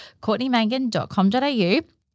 courtneymangan.com.au